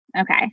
Okay